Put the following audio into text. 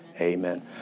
Amen